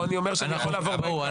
פה אני אומר שאני יכול לעבור --- בואו,